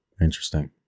interesting